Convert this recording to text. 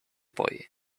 boy